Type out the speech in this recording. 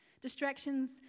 Distractions